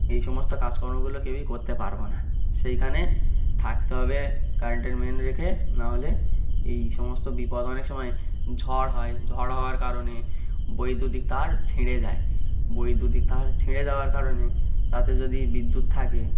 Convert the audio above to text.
এই সমস্ত কাজকর্মগুলো কেউই করতে পারব না সেইখানে থাকতে হবে কারেন্টের মেইন রেখে নাহলে এই সমস্ত বিপদ অনেক সময় ঝড় হয় ঝড় হওয়ার কারণে বৈদ্যুতিক তার ছিঁড়ে যায় বৈদ্যুতিক তার ছিঁড়ে যাওয়ার কারণে তাতে যদি বিদ্যুৎ থাকে